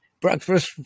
breakfast